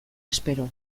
espero